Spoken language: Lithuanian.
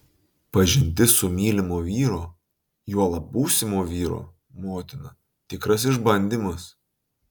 pažintis su mylimo vyro juolab būsimo vyro motina tikras išbandymas